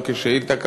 לא כשאילתה,